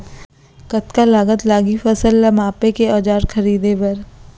कतका लागत लागही फसल ला मापे के औज़ार खरीदे बर?